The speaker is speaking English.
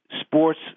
sports